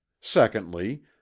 secondly